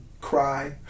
cry